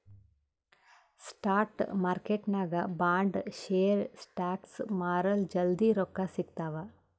spot ಮಾರ್ಕೆಟ್ನಾಗ್ bond, share, stocks ಮಾರುರ್ ಜಲ್ದಿ ರೊಕ್ಕಾ ಸಿಗ್ತಾವ್